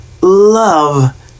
Love